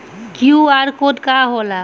QR code का होला?